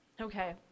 Okay